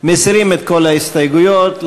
מסירים את כל ההסתייגויות.